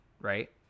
right